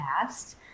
past